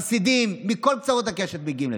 חסידים, מכל קצות הקשת מגיעים לשם.